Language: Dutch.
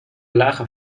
lagen